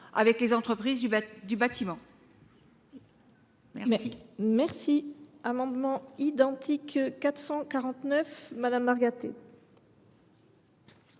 avec les entreprises du bâtiment. La